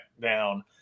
down